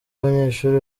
abanyeshuri